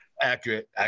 accurate